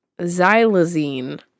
xylazine